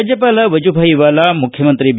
ರಾಜ್ಯಪಾಲ ವಜುಭಾಯ್ ವಾಲಾ ಮುಖ್ಯಮಂತ್ರಿ ಬಿ